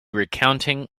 recounting